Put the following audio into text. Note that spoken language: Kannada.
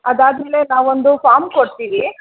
ಅದಾದ ಮೇಲೆ ನಾವೊಂದು ಫಾರ್ಮ್ ಕೊಡ್ತೀವಿ